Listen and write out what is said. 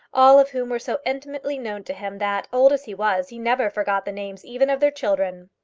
all of whom were so intimately known to him that, old as he was, he never forgot the names even of their children.